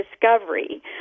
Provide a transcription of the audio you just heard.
discovery